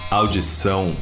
audição